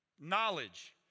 Knowledge